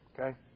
okay